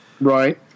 Right